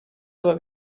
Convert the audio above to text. aber